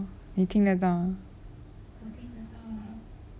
你听得到吗